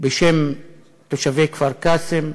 בשם תושבי כפר-קאסם,